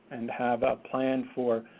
and have a plan for,